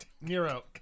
Nero